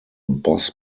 boss